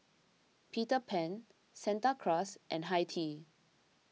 Peter Pan Santa Cruz and Hi Tea